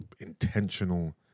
intentional